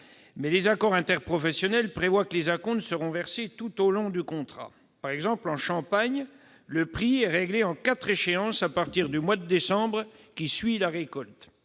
Mais les accords interprofessionnels prévoient que des acomptes seront versés tout au long du contrat. En Champagne, par exemple, le prix est réglé en quatre échéances à partir du mois de décembre qui suit la récolte-